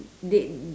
they